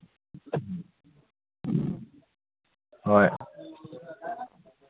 ꯍꯣꯏ